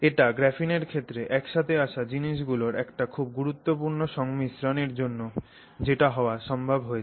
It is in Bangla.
এটা গ্রাফিনের ক্ষেত্রে একসাথে আসা জিনিসগুলোর একটা খুব গুরুত্বপূর্ণ সংমিশ্রণ এর জন্য যেটা হওয়া সম্ভব হয়েছে